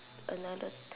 another